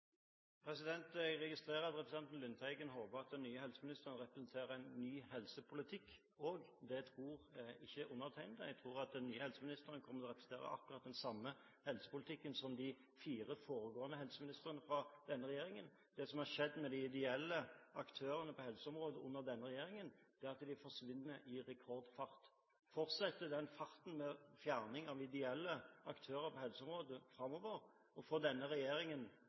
Jeg registrerer at representanten Lundteigen håper at den nye helseministeren representerer en ny helsepolitikk. Det tror ikke undertegnede. Jeg tror at den nye helseministeren kommer til å representere akkurat den samme helsepolitikken som de fire foregående helseministrene fra denne regjeringen. Det som har skjedd med de ideelle aktørene på helseområdet under denne regjeringen, er at de forsvinner i rekordfart. Fortsetter den farten framover, med fjerning av ideelle aktører på helseområdet, og får denne regjeringen